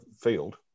field